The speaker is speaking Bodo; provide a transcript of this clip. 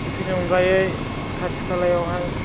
बेफोरनि अनगायै खाथि खालायावहाय